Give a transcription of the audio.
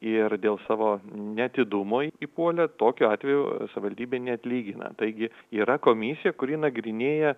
ir dėl savo neatidumo įpuolė tokiu atveju savivaldybė neatlygina taigi yra komisija kuri nagrinėja